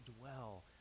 dwell